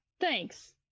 Thanks